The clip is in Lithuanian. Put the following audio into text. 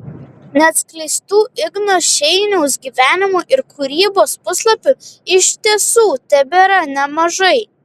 neatskleistų igno šeiniaus gyvenimo ir kūrybos puslapių iš tiesų tebėra nemažai